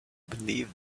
believe